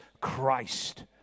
Christ